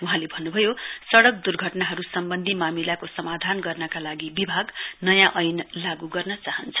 वहाँले भन्नुभयो सड़क दुर्घनाहरू सम्वन्धी मामिलाको समाधान गर्नका लागि विभाग नयाँ ऐन लागू गर्न चाहन्छ